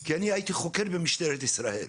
כי אני הייתי חוקר במשטרת ישראל.